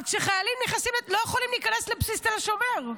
אבל כשחיילים לא יכולים להיכנס לבסיס תל השומר,